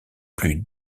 plus